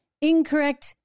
incorrect